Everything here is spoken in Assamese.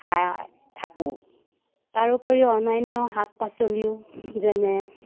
খাই থাকোঁ তাৰোপৰি অন্যান্য শাক পাচলিও যেনে